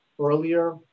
earlier